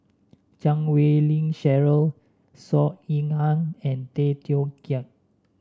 Chan Wei Ling Cheryl Saw Ean Ang and Tay Teow Kiat